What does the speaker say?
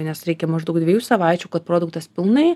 nes reikia maždaug dviejų savaičių kad produktas pilnai